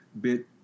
bit